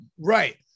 Right